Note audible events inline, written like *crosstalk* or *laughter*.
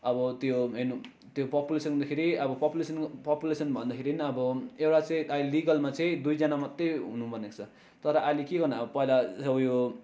अब त्यो हेर्नु त्यो पपुलेसन *unintelligible* फेरि पपुलेसन पपुलेसन भन्दाखेरि नि अब एउटा चाहिँ अहिले लिगलमा चाहिँ दुईजना मात्रै हुनु भनेको छ तर अहिले के गर्नु अब पहिला उयो